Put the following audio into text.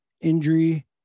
injury